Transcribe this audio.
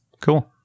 Cool